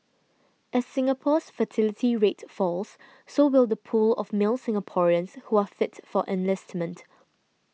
as Singapore's fertility rate falls so will the pool of male Singaporeans who are fit for enlistment